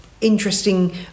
interesting